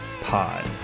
pod